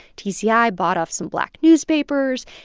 tci bought off some black newspapers.